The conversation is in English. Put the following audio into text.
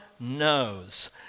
knows